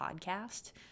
podcast